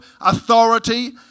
authority